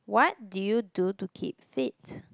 what did you do to keep fit